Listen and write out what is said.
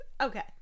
Okay